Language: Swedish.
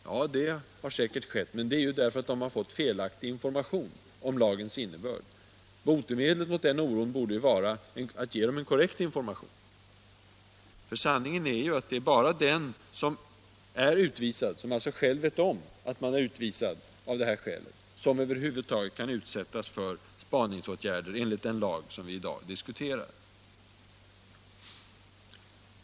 Ja, det har säkert hänt. Men det är därför att de har fått felaktig information om lagens innebörd. Botemedlet mot den oron borde vara att ge en korrekt information. Sanningen är, att bara den som är utvisad, och som alltså själv vet om detta, kan utsättas för spaningsåtgärder enligt den lag som vi i dag diskuterar.